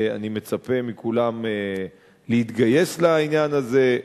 אני מצפה מכולם להתגייס לעניין הזה.